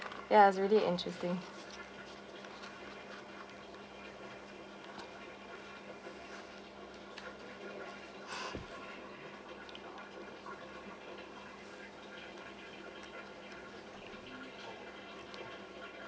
ya it's really interesting